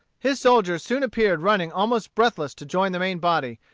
his soldiers soon appeared running almost breathless to join the main body,